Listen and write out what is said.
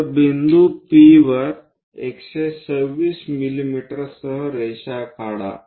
तर बिंदू P वर 126 मिमी सह रेषा काढा